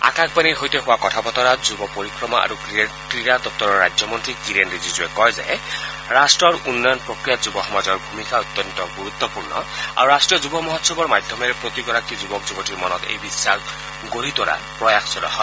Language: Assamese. আকাশবাণীৰ সৈতে হোৱা কথা বতৰাত যূৱ পৰিক্ৰমা আৰু ক্ৰীড়া দপ্তৰৰ ৰাজ্যমন্ত্ৰী কিৰেণ ৰিজিজুৱে কয় যে ৰাষ্ট্ৰ উন্নয়ন প্ৰক্ৰিয়াত যুৱসমাজৰ ভূমিকা অত্যন্ত গুৰুত্বপূৰ্ণ আৰু ৰাষ্ট্ৰীয় যুৱ মহোৎসৱৰ মাধ্যমেৰে প্ৰতিগৰাকী যুৱক যুৱতীৰ মনত এই বিখাস গঢ়ি তোলাৰ প্ৰয়াস চলোৱা হয়